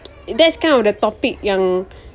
that's kind of the topic yang